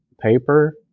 paper